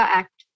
act